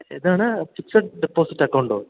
എതാണ് fixed deposit അക്കൗണ്ടോ